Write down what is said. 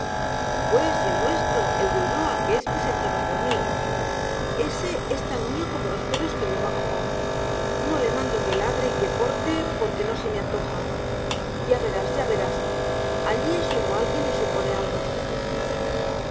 pues y el nuestro el de ulloa que es presentado por mí ése es tan mío como los perros que llevo a cazar no le mando que ladre y que porte porque no se me antoja ya verás ya verás allí es uno alguien y supone algo